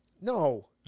No